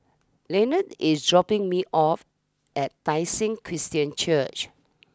Lenon is dropping me off at Tai Seng Christian Church